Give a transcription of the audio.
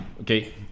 Okay